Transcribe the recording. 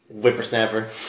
Whippersnapper